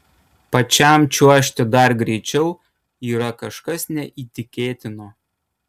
pačiam čiuožti dar greičiau yra kažkas neįtikėtino